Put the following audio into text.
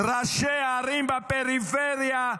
ראשי ערים בפריפריה,